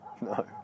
No